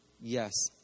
Yes